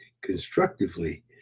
constructively